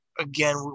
Again